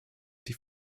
die